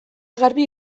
garbi